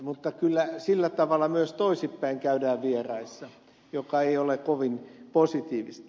mutta kyllä sillä tavalla myös toisin päin käydään vieraissa mikä ei ole kovin positiivista